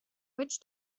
witch